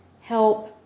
help